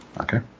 Okay